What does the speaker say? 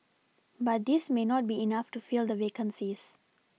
but this may not be enough to fill the vacancies